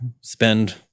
spend